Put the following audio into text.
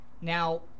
Now